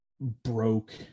broke